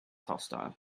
hostile